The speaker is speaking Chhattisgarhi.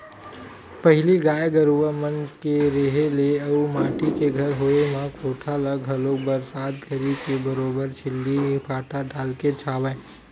पहिली गाय गरुवा मन के रेहे ले अउ माटी के घर होय म कोठा ल घलोक बरसात घरी के बरोबर छिल्ली फाटा डालके छावय